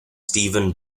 steven